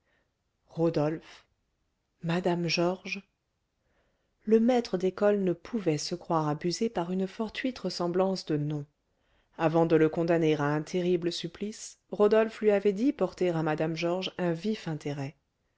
rodolphe mme georges le maître d'école ne pouvait se croire abusé par une fortuite ressemblance de noms avant de le condamner à un terrible supplice rodolphe lui avait dit porter à mme georges un vif intérêt